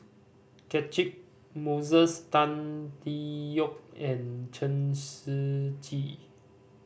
Catchick Moses Tan Tee Yoke and Chen Shiji